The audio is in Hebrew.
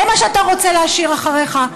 זה מה שאתה רוצה להשאיר אחריך?